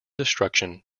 destruction